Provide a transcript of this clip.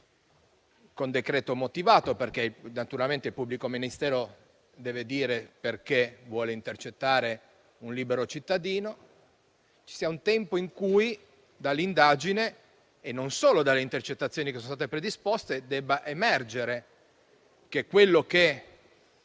con decreto motivato (perché naturalmente il pubblico ministero deve dire il motivo per cui vuole intercettare un libero cittadino), dall'indagine (e non solo dalle intercettazioni che sono state predisposte) debba emergere che quello che